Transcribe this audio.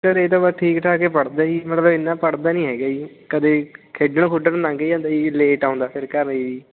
ਘਰ ਤਾਂ ਵਾ ਠੀਕ ਠਾਕ ਏ ਪੜ੍ਹਦਾ ਜੀ ਮਤਲਬ ਇੰਨਾਂ ਪੜ੍ਹਦਾ ਨਹੀਂ ਹੈਗਾ ਜੀ ਕਦੇ ਖੇਡਣ ਖੁਡਣ ਲੰਘ ਜਾਂਦਾ ਜੀ ਲੇਟ ਆਉਂਦਾ ਫਿਰ ਘਰ ਜੀ